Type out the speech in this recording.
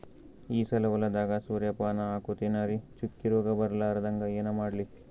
ಈ ಸಲ ಹೊಲದಾಗ ಸೂರ್ಯಪಾನ ಹಾಕತಿನರಿ, ಚುಕ್ಕಿ ರೋಗ ಬರಲಾರದಂಗ ಏನ ಮಾಡ್ಲಿ?